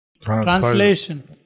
Translation